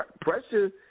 Pressure